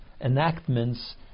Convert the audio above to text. enactments